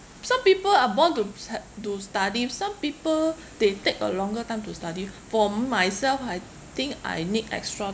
some people are born to to study some people they take a longer time to study for m~ myself I think I need extra